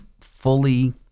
fully